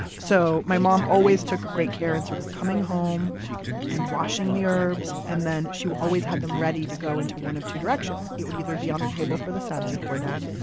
so my mom always took great care in sort of coming home and washing the herbs, and then she always had them ready to go in one of two directions. it would either be on the table for the sabzi khordan,